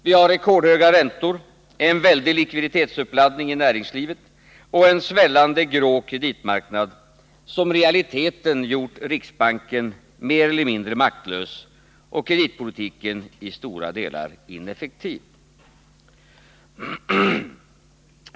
Vi har rekordhöga räntor, en väldig likviditetsuppladdning i näringslivet och en svällande grå kreditmarknad, som i realiteten gjort riksbanken mer eller Nr 46 mindre maktlös och kreditpolitiken i stora delar ineffektiv.